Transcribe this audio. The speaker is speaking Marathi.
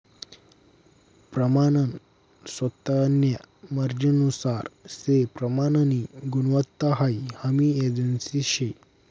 प्रमानन स्वतान्या मर्जीनुसार से प्रमाननी गुणवत्ता हाई हमी एजन्सी शे